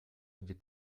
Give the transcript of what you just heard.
wird